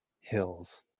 hills